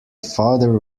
father